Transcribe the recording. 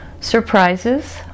surprises